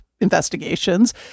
Investigations